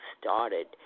started